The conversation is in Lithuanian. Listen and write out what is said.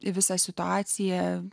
į visą situaciją